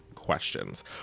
questions